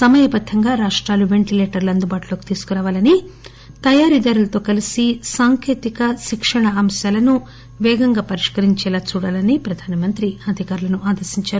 సమయం బద్దంగా రాష్రాలు వెంటిలేటర్లను అందుబాటులోకి తీసుకురావాలని తయారీదారులతో కలిసి సాంకేతిక శిక్షణ అంశాన్ని నీటిని వేగంగా పరిష్కరించేలా చూడాలని ప్రధాన మంత్రి అధికారులను ఆదేశించారు